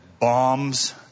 bombs